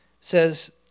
says